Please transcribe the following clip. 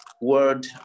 word